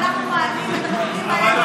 כשאנחנו מעלים את המחירים,